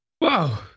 Wow